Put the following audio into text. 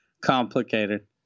complicated